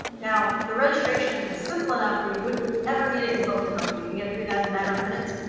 now the registration is simple enough where you wouldn't ever need a consultant to help you. you can get through that in a matter of minutes.